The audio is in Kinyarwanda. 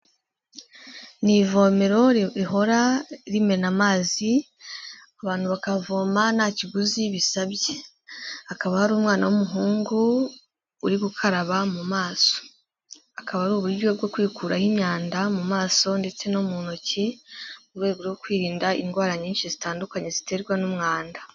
Ni ivomero rihora rimena amazi, abantu bakavoma nta kiguzi bisabye hakaba hari umwana w'umuhungu uri gukaraba mu maso, akaba ari uburyo bwo kwikuraho imyanda mu maso ndetse no mu ntoki, mu rwego rwo kwirinda indwara nyinshi zitandukanye ziterwa n'umwanda.